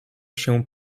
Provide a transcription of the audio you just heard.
się